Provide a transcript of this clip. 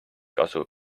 kasu